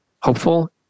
hopeful